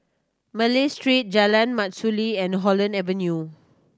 Malay Street Jalan Mastuli and Holland Avenue